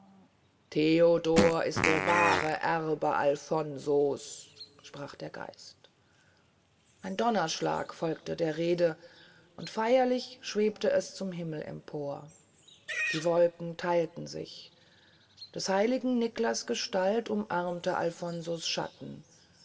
theodor ist der wahre erbe alfonso's sprach das gesicht ein donnerschlag folgte der rede und feyerlich schwebt es zum himmel empor die wolken theilten sich des heiligen niklas gestalt umarmte alfonso's schatten